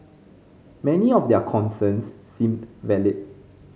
many of their concerns seemed valid